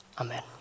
Amen